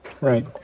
Right